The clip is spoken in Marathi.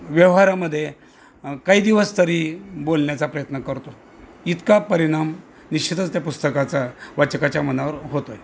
व्यवहारामध्ये काही दिवस तरी बोलण्याचा प्रयत्न करतो इतका परिणाम निश्चितच त्या पुस्तकाचा वाचकाच्या मनावर होतो आहे